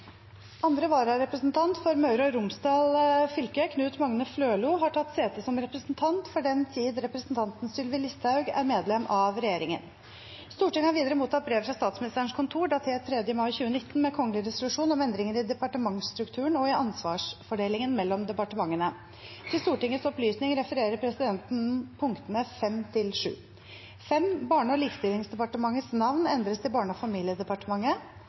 Andre vararepresentant for Møre og Romsdal fylke, Knut Magne Flølo , har tatt sete som representant for den tid representanten Sylvi Listhaug er medlem av regjeringen. Stortinget har videre mottatt brev fra Statsministerens kontor datert 3. mai 2019 med kongelig resolusjon om endringer i departementsstrukturen og i ansvarfordelingen mellom departementene. Til Stortingets opplysning refererer presidenten punktene 5–7: «5. Barne- og likestillingsdepartementets navn endres til Barne- og familiedepartementet.